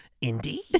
Indeed